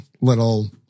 little